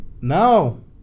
No